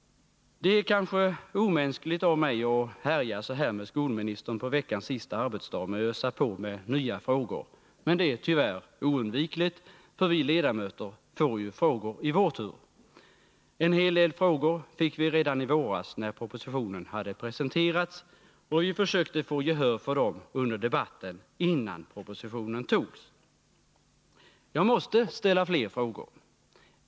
Det är kanske omänskligt av mig att härja så här med skolministern på veckans sista arbetsdag och ösa på med nya frågor, men det är tyvärr oundvikligt — vi ledamöter får ju i vår tur frågor. En hel del frågor fick vi redan i våras när propositionen hade presenterats, och vi försökte få gehör för våra synpunkter under debatten innan propositionen antogs. Jag måste ställa fler frågor.